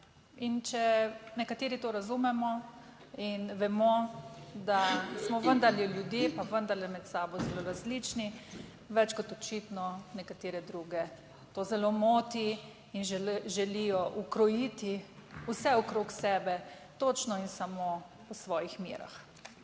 če nekateri to razumemo in vemo, da smo vendarle ljudje, pa vendarle med sabo zelo različni, več kot očitno nekatere druge to zelo moti in želijo ukrojiti vse okrog sebe točno in samo v svojih merah.